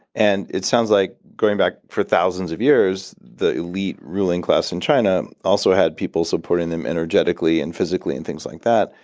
and it sounds like going back for thousands of years, the elite ruling class in china also had people supporting them energetically and physically and things like that.